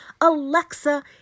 Alexa